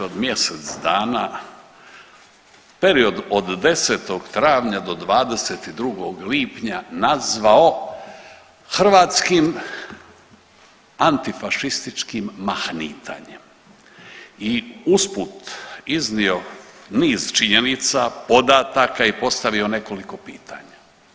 od mjesec dana period od 10. travnja do 22. lipnja nazvao hrvatskim antifašističkim mahnitanjem i usput iznio niz činjenica, podataka i postavio nekoliko pitanja.